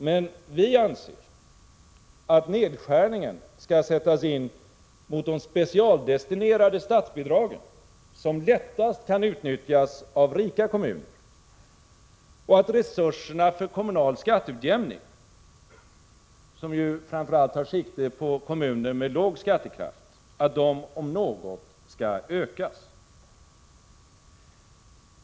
Men vi anser att nedskärningen skall sättas in mot de specialdestinerade statsbidragen, som lättast kan utnyttjas av rika kommuner, och att resurserna för kommunal skatteutjämning— som framför allt tar sikte på kommuner med låg skattekraft — om något skall ökas.